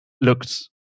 looked